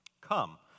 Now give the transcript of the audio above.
Come